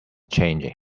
changing